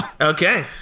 Okay